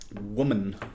Woman